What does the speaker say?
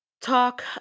talk